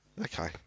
Okay